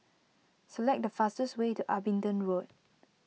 select the fastest way to Abingdon Road